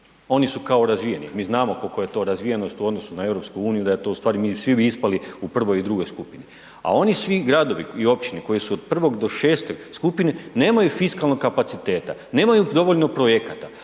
Oni su kao razvijeni. Mi znamo kolika je to razvijenost u odnosu na EU i da je to ustvari mi svi bi ispali u 1. i 2. skupini. A oni svi gradovi i općine koji su od 1. do 6. skupine nemaju fiskalnog kapaciteta, nemaju dovoljno projekata.